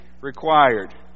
required